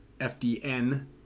FDN